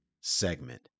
segment